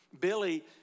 Billy